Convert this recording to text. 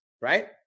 right